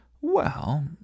Well